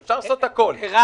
מבצע בצפון,